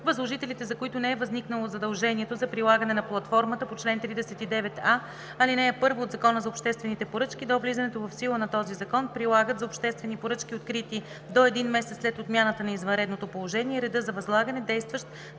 Възложителите, за които не е възникнало задължението за прилагане на платформата по чл. 39а, ал. 1 от Закона за обществените поръчки до влизането в сила на този закон, прилагат за обществени поръчки, открити до един месец след отмяната на извънредното положение, реда за възлагане, действащ